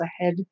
ahead